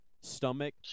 stomach